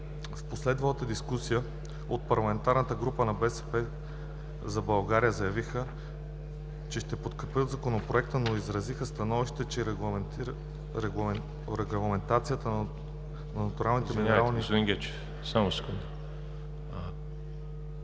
В последвалата дискусия от парламентарната група на „БСП за България“ заявиха, че ще подкрепят Законопроекта, но изразиха становището, че регламентацията на натуралните минерални и изворни води по-скоро